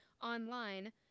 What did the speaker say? online